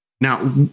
now